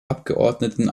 abgeordneten